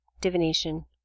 divination